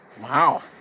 Wow